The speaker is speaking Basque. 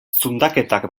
zundaketak